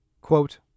quote